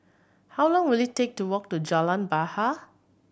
how long will it take to walk to Jalan Bahar